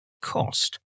cost